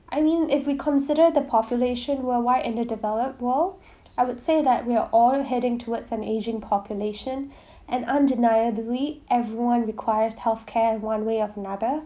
I mean if we consider the population worldwide in the developed world I would say that we're all heading towards an ageing population and undeniably everyone requires healthcare one way or another